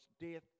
death